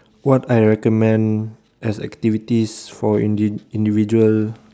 what I recommend as activities for individuals